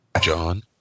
John